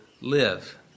live